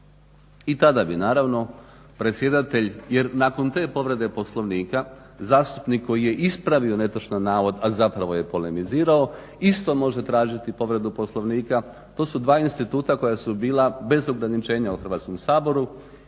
I tada bi naravno predsjedatelj, jer nakon te povrede Poslovnika zastupnik koji je ispravio netočan navod, a zapravo je polemizirao isto može tražiti povredu Poslovnika. To su dva instituta koja su bila bez ograničenja u Hrvatskom saboru